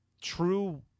true